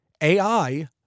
AI